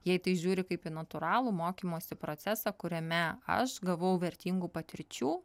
jie į tai žiūri kaip į natūralų mokymosi procesą kuriame aš gavau vertingų patirčių